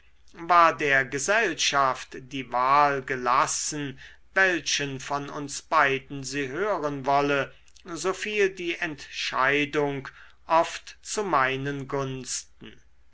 war der gesellschaft die wahl gelassen welchen von uns beiden sie hören wolle so fiel die entscheidung oft zu meinen gunsten